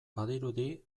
badirudi